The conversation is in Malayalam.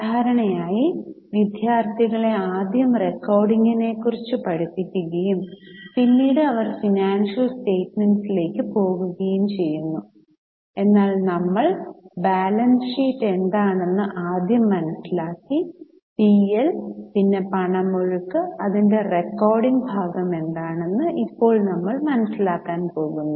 സാധാരണയായി വിദ്യാർത്ഥികളെ ആദ്യം റെക്കോർഡിംഗിനെക്കുറിച്ച് പഠിപ്പിക്കുകയും പിന്നീട് അവർ ഫിനാൻഷ്യൽ സ്റ്റെമെന്റ്സ്ലേക്ക് പോകുകയും ചെയ്യുന്നു എന്നാൽ നമ്മൾ ബാലൻസ് ഷീറ്റ് എന്താണെന്ന് ആദ്യം മനസിലാക്കി പി എൽ പിന്നെ പണമൊഴുക്ക് അതിന്റെ റെക്കോർഡിംഗ് ഭാഗം എന്താണെന്ന് ഇപ്പോൾ നമ്മൾ മനസ്സിലാക്കാൻ പോകുന്നു